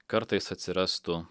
kartais atsirastų